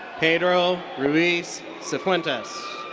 pedro ruiz sifuentes.